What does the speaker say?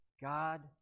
God